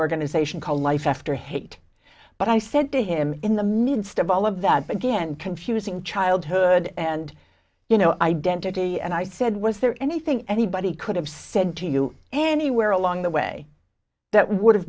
organization called life after hate but i said to him in the midst of all of that again confusing childhood and you know identity and i said was there anything anybody could have said to you anywhere along the way that would